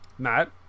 Matt